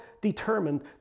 determined